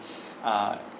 uh